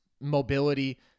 mobility